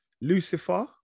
Lucifer